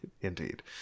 Indeed